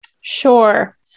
Sure